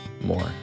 more